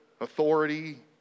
authority